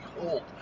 behold